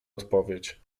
odpowiedź